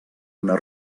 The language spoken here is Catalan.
una